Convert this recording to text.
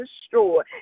destroyed